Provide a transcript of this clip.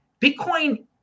bitcoin